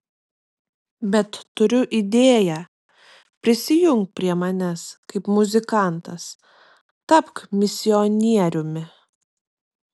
bet turiu idėją prisijunk prie manęs kaip muzikantas tapk misionieriumi